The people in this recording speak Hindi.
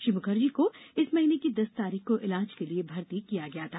श्री मुखर्जी को इस महीने की दस तारीख को इलाज के लिए भर्ती किया गया था